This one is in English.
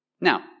Now